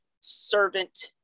servant